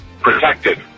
protected